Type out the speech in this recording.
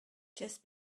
just